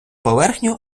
поверхню